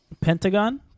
Pentagon